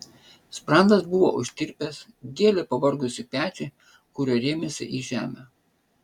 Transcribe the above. sprandas buvo užtirpęs gėlė pavargusį petį kuriuo rėmėsi į žemę